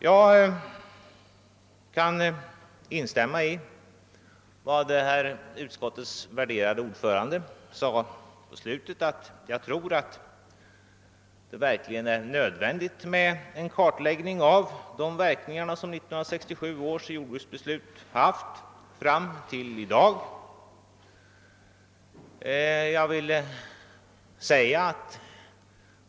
Jag instämmer i vad utskottets värderade ordförande sade i slutet av sitt anförande, att det är nödvändigt med en kartläggning av de verkningar som 1967 års jordbruksbeslut haft fram till i dag.